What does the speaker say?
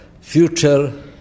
future